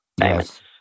Yes